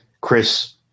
Chris